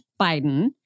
Biden